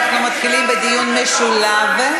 אנחנו מתחילים בדיון משולב,